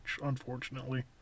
unfortunately